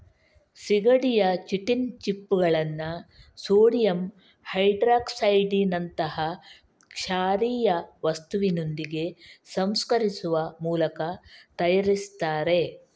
ಸೀಗಡಿಯ ಚಿಟಿನ್ ಚಿಪ್ಪುಗಳನ್ನ ಸೋಡಿಯಂ ಹೈಡ್ರಾಕ್ಸೈಡಿನಂತಹ ಕ್ಷಾರೀಯ ವಸ್ತುವಿನೊಂದಿಗೆ ಸಂಸ್ಕರಿಸುವ ಮೂಲಕ ತಯಾರಿಸ್ತಾರೆ